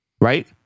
Right